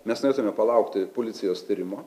mes norėtume palaukti policijos tyrimo